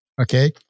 okay